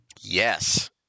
yes